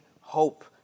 hope